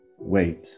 wait